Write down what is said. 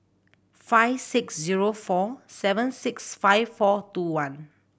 five six zero four seven six five four two one